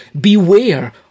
beware